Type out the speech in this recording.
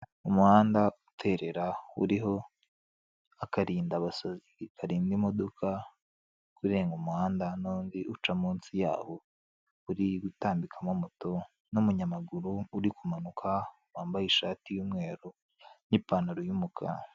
Umuhanda uterera uriho akarindabasazi karinda imodoka kurenga umuhanda n'undi uca munsi yaho, uri gutambikamo moto n'umunyamaguru uri kumanuka wambaye ishati y'umweru n'ipantaro y'umukara.